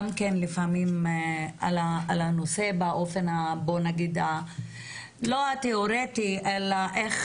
גם כן לפעמים על הנושא באופן בוא נגיד לא התיאורטי אלא איך